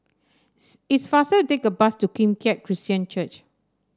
it's faster to take the bus to Kim Keat Christian Church